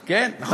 כן, נכון.